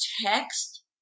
text